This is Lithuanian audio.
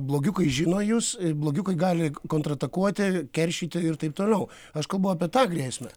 blogiukai žino jus blogiukai gali kontraatakuoti keršyti ir taip toliau aš kalbu apie tą grėsmę